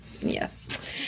yes